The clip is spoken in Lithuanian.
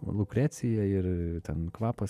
lukrecija ir ten kvapas